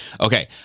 Okay